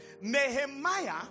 Nehemiah